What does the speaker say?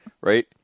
right